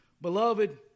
beloved